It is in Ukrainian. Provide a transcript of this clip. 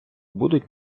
будуть